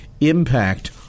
impact